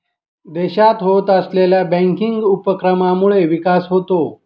देशात होत असलेल्या बँकिंग उपक्रमांमुळे विकास होतो